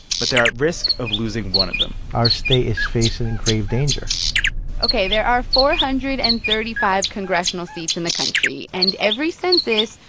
but they're at risk of losing one of them our state is facing grave danger ok. there are four hundred and thirty five congressional seats in the country. and every census,